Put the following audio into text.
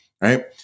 right